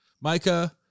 Micah